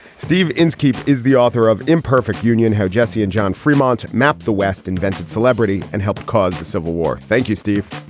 steve inskeep is the author of imperfect union how jesse and john fremont mapped the west, invented celebrity and helped cause the civil war. thank you, steve.